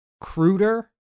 cruder